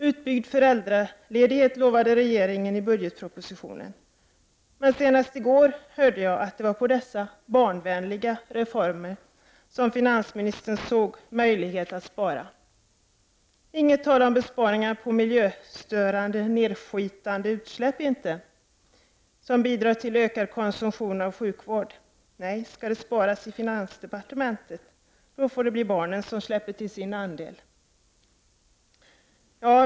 Regeringen utlovade i budgetpropositionen utbyggd föräldraledighet, men senast i går hörde jag att det var på de barnvänliga reformerna som finansministern såg möjlighet att spara. Här var det inget tal om besparingar på miljöstörande nedskitande utsläpp som bidrar till ökad konsumtion av sjukvård. Nej, skall det sparas i finansdepartementet får det bli barnen som släpper till sin andel!